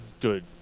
good